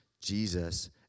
Jesus